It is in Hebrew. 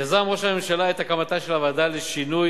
יזם ראש הממשלה את הקמתה של הוועדה לשינוי